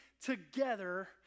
together